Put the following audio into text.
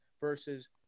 versus